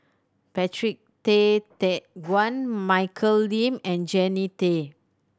Patrick Tay Teck Guan Michelle Lim and Jannie Tay